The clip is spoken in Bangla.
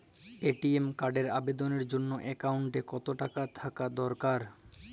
এ.টি.এম কার্ডের আবেদনের জন্য অ্যাকাউন্টে কতো টাকা থাকা দরকার?